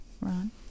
Ron